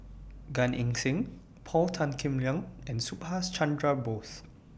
Gan Eng Seng Paul Tan Kim Liang and Subhas Chandra Bose